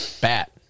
Bat